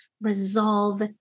resolve